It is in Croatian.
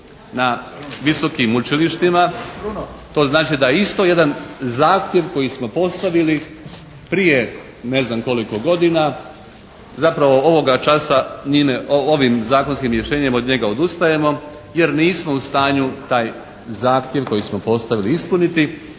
na visokim učilištima, to znači da isto jedan zahtjev koji smo postavili prije ne znam koliko godina zapravo ovoga časa ovim zakonskim rješenjem od njega odustajemo jer nismo u stanju taj zahtjev koji smo postavili ispuniti.